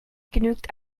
genügt